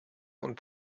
und